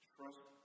Trust